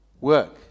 work